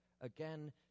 again